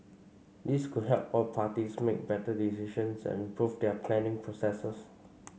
this could help all parties make better decisions and improve their planning processes